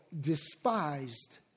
despised